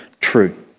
true